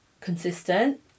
consistent